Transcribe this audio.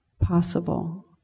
possible